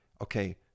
okay